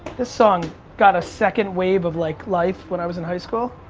this song got a second wave of like life when i was in high school.